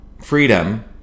freedom